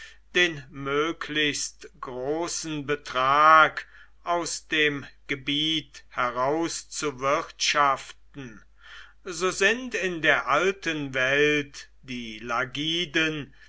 den möglichst großen betrag aus dem gebiet herauszuwirtschaften so sind in der alten welt die lagiden